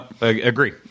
Agree